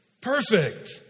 Perfect